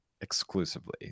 exclusively